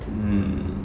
mm